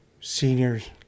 seniors